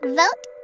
vote